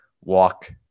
walk